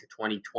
2020